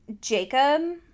Jacob